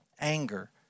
anger